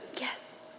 Yes